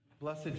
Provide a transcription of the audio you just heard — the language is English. Blessed